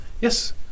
Yes